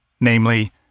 namely